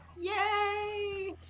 yay